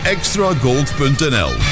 Extragold.nl